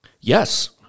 Yes